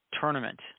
tournament